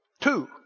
two